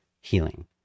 healing